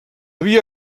via